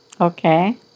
Okay